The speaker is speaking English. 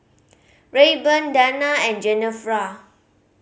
Rayburn Dana and Genevra